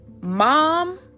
mom